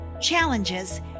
challenges